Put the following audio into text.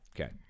Okay